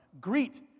Greet